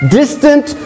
distant